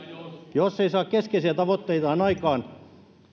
jos se ei saa keskeisiä tavoitteitaan aikaan